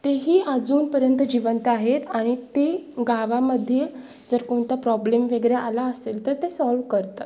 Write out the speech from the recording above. ते ही अजूनपर्यंत जिवंत आहेत आणि ते गावामध्ये जर कोणता प्रॉब्लेम वगैरे आला असेल तर ते सॉल्व करतात